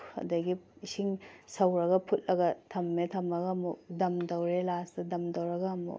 ꯑꯗꯩꯒꯤ ꯏꯁꯤꯡ ꯁꯧꯔꯒ ꯐꯨꯠꯂꯒ ꯊꯝꯃꯦ ꯊꯝꯃꯒ ꯑꯃꯨꯛ ꯗꯝ ꯇꯧꯔꯦ ꯂꯥꯁꯇ ꯗꯝ ꯇꯧꯔꯒ ꯑꯃꯨꯛ